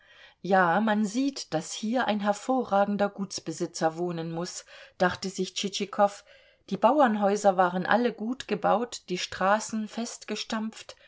ja man sieht daß hier ein hervorragender gutsbesitzer wohnen muß dachte sich tschitschikow die bauernhäuser waren alle gut gebaut die straßen